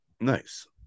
Nice